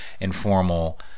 informal